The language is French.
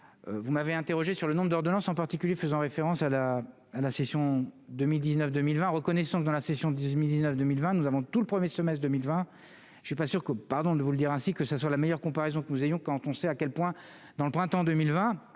Vous m'avez interrogé sur le nombre d'ordonnances en particulier faisant référence à la à la session 2019, 2020 reconnaissance dans la session 18 19 2020 nous avons tout le 1er semestre 2020, je ne suis pas sûr que, pardon de vous le dire ainsi, que ce soit la meilleure comparaison que nous ayons quand on sait à quel point dans le printemps 2020